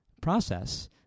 process